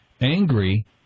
angry